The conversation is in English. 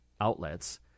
outlets